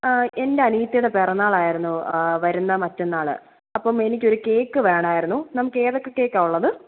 ആ എൻറെ അനിയത്തിയുടെ പിറന്നാൾ ആയിരുന്നു വരുന്ന മറ്റന്നാൾ അപ്പം എനിക്കൊരു കേക്ക് വേണമായിരുന്നു നമുക്ക് ഏതൊക്കെ കേക്ക് ആണ് ഉള്ളത്